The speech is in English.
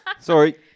Sorry